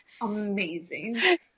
amazing